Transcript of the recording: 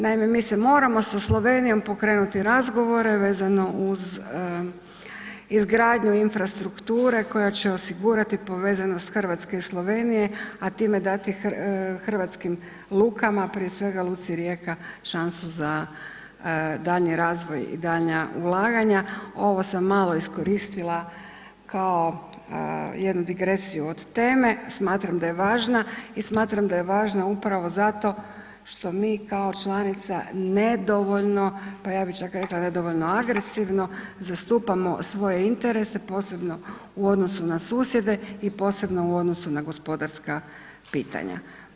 Naime, mi moramo sa Slovenijom pokrenuti razgovore vezano uz izgradnju infrastrukture koja će osigurati povezanost Hrvatske i Slovenije a time dati hrvatskim lukama, prije svega luci Rijeka šansu za daljnji razvoj i daljnja ulaganja, ovo sam malo iskoristila kao jednu digresiju od teme, smatram da je važna i smatram da je važna upravo zato što mi kao članica nedovoljno pa ja bi čak rekla nedovoljno agresivno, zastupamo svoje interese, posebno u odnosu na susjede i posebno u odnosu na gospodarska pitanja.